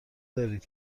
دارید